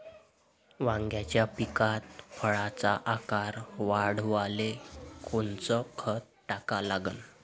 वांग्याच्या पिकात फळाचा आकार वाढवाले कोनचं खत टाका लागन?